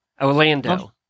Orlando